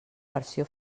versió